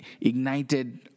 ignited